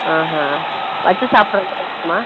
ஆ ஹ வெச்சி சாப்பிட்ற மாதிரி இருக்குமா